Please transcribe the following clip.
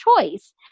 choice